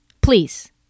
please